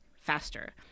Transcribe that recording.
faster